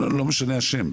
לא משנה השם.